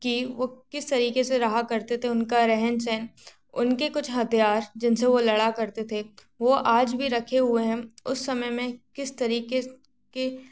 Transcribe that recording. कि वो किस तरीक़े से रहा करते थे उनका रहन सहन उनके कुछ हथियार जिन से वो लड़ा करते थे वो आज भी रखे हुए हैं उस समय में किस तरीक़े के